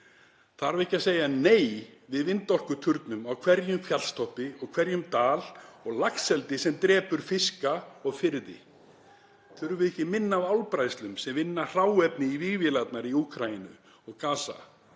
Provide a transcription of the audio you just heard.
Þarf ekki að segja nei við vindorkuturnum á hverjum fjallstoppi og í hverjum dal og laxeldi sem drepur fiska og firði? Þurfum við ekki minna af álbræðslum sem vinna hráefni í vígvélarnar í Úkraínu og á Gaza